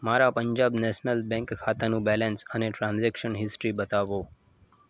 મારા Punjab National Bank ખાતાનું balance અને ટ્રાન્જેક્શન હિસ્ટ્રી બતાવો